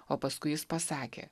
o paskui jis pasakė